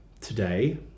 today